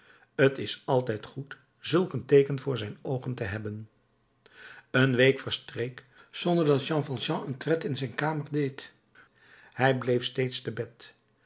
t is altijd goed zulk een teeken voor zijn oogen te hebben een week verstreek zonder dat jean valjean een tred in zijn kamer deed hij bleef steeds te bed